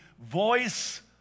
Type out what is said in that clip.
voice